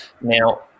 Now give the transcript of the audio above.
Now